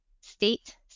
state